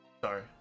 Sorry